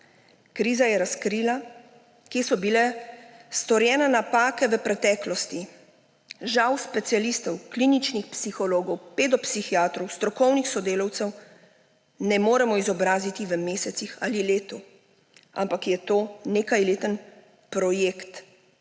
Kriza je razkrila, kje so bile storjene napake v preteklosti. Žal specialistov, kliničnih psihologov, pedopsihiatrov, strokovnih sodelavcev ne moremo izobraziti v mesecih ali letu, ampak je to nekajleten projekt.